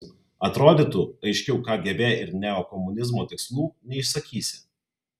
atrodytų aiškiau kgb ir neokomunizmo tikslų neišsakysi